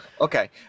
Okay